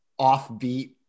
offbeat